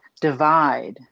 divide